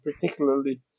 particularly